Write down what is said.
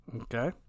Okay